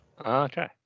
Okay